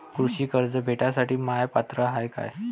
कृषी कर्ज भेटासाठी म्या पात्र हाय का?